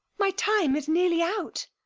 my time is nearly out.